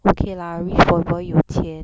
okay lah rich boy boy 有钱